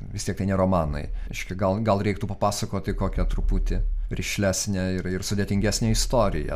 vis tiek tai ne romanai reiškia gal gal reiktų papasakoti kokią truputį rišlesnę ir ir sudėtingesnę istoriją